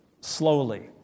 slowly